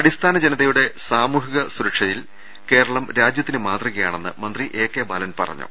അടിസ്ഥാന ജനതയുടെ സാമൂഹിക സുരക്ഷിതത്തിൽ കേരളം രാജ്യത്തിന് മാതൃകയാണെന്ന് മന്ത്രി എ കെ ബാലൻ പറഞ്ഞു